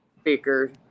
speaker